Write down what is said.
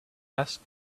asked